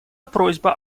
просьба